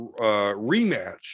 rematch